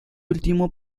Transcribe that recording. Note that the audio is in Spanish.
último